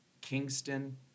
Kingston